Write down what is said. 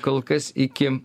kol kas iki